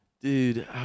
Dude